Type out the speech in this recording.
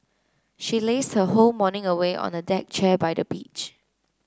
she lazed her whole morning away on a deck chair by the beach